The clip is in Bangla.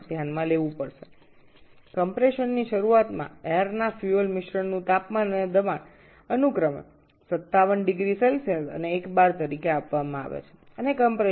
সংকোচনের শুরুতে একটি বায়ু ও জ্বালানী মিশ্রণের তাপমাত্রা এবং চাপ যথাক্রমে ৫৭0C এবং ১ বার হিসাবে প্রদত্ত